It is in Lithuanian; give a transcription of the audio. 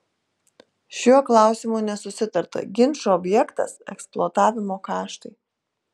šiuo klausimu nesusitarta ginčų objektas eksploatavimo kaštai